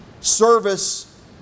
Service